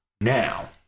Now